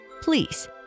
please